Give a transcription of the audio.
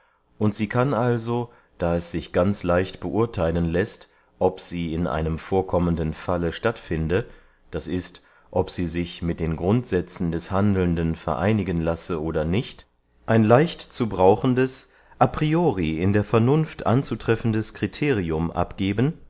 und sie kann also da es sich ganz leicht beurtheilen läßt ob sie in einem vorkommenden falle statt finde d i ob sie sich mit den grundsätzen des handelnden vereinigen lasse oder nicht ein leicht zu brauchendes a priori in der vernunft anzutreffendes criterium abgeben